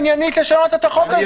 תסביר עניינית למה לא